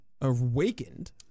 Awakened